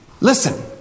Listen